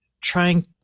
trying